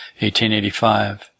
1885